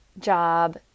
job